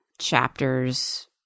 chapters